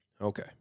Okay